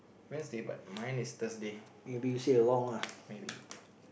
Wednesday but mine's Thursday maybe